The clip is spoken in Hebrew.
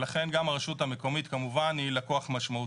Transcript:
ולכן גם הרשות המקומית כמובן היא לקוח משמעותי.